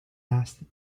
asked